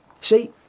See